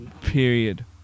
period